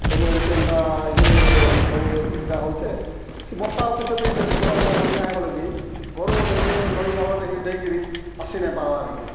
ସବୁ ଏମ୍ତି ଏନ୍ତା ହେଇକିରି ସବୁ ଏ ଇଟା ହଉଚେ କି ବର୍ଷା ଅତିଶୟ ବି ଯଦି ଜଳ ବନ୍ୟା ହେଇଗଲେ ବି ଘରୁ ଯେନ୍ଟାକି ନଈ ନାଳ ଦେଇକରି ଆସିନାଇଁ ପାର୍ବାର୍କେ